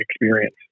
experience